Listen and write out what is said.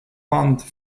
pumped